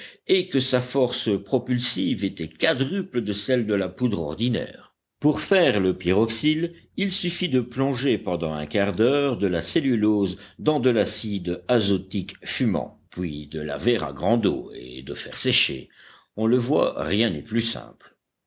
et que sa force propulsive était quadruple de celle de la poudre ordinaire pour faire le pyroxyle il suffit de plonger pendant un quart d'heure de la cellulose dans de l'acide azotique fumant puis de laver à grande eau et de faire sécher on le voit rien n'est plus simple